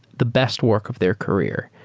the best work of their career.